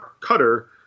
Cutter